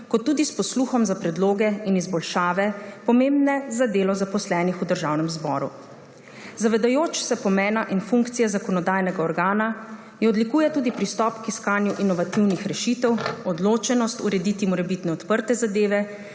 kot tudi s posluhom za predloge in izboljšave, pomembne za delo zaposlenih v Državnem zboru. Zavedajoč se pomena in funkcije zakonodajnega organa jo odlikujejo tudi pristop k iskanju inovativnih rešitev, odločenost urediti morebitne odprte zadeve